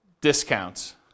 discounts